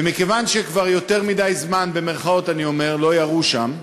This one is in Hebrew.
ומכיוון שכבר "יותר מדי" זמן לא ירו שם,